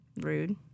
Rude